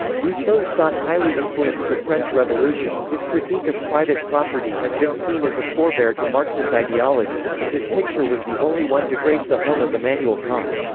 rousseau's thought highly influenced the french revolution, his critique of private property has been seen as a forebear to marxist ideology, and his picture was the only one to grace the home of immanuel kant.